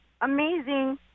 amazing